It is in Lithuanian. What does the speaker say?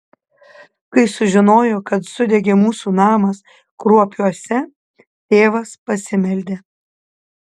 kai sužinojo kad sudegė mūsų namas kruopiuose tėvas pasimeldė